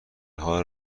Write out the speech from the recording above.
حال